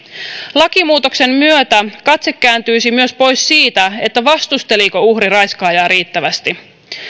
lakimuutoksen myötä katse kääntyisi myös pois siitä vastusteliko uhri raiskaajaa riittävästi